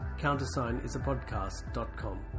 countersignisapodcast.com